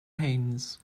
haines